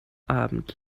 abend